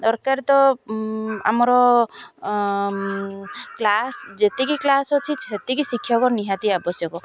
ଦରକାର ତ ଆମର କ୍ଲାସ୍ ଯେତିକି କ୍ଲାସ୍ ଅଛି ସେତିକି ଶିକ୍ଷକ ନିହାତି ଆବଶ୍ୟକ